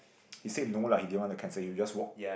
he said no lah if you want to cancel you just walk